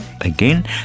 Again